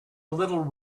little